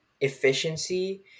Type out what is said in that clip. efficiency